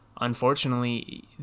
unfortunately